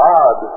God